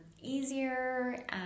easier